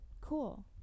Cool